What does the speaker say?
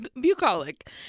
Bucolic